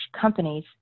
companies